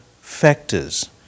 factors